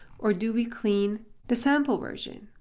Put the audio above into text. or do we clean the sample version?